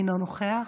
אינו נוכח,